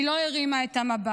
היא לא הרימה את המבט.